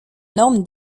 norme